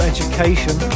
Education